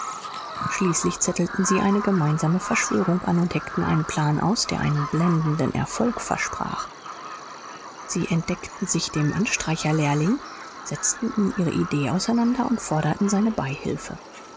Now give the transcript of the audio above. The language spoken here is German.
schließlich zettelten sie eine gemeinsame verschwörung an und heckten einen plan aus der einen blendenden erfolg versprach sie entdeckten sich dem anstreicherlehrling setzten ihm ihre idee auseinander und forderten seine beihilfe